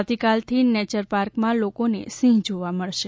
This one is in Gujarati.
આવતીકાલથી નેચરપાર્કમાં લોકોને સિંહ જોવા મળશે